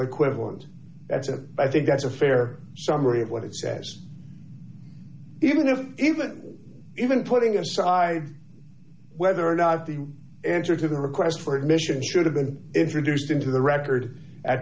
equivalent that's a i think that's a fair summary of what it says even if even even putting aside whether or not the answer to the request for admission should have been introduced into the record at